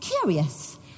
curious